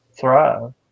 thrive